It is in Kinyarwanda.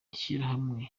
ishirahamwe